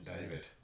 David